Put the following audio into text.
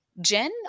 Jen